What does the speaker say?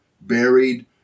buried